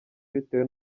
bitewe